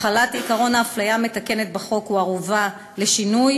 החלת עקרון האפליה המתקנת בחוק הוא ערובה לשינוי